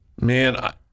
Man